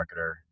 marketer